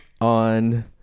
on